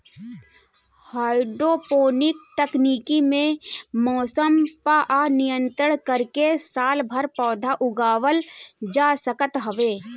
hydroponic तकनीकी में मौसम पअ नियंत्रण करके सालभर पौधा उगावल जा सकत हवे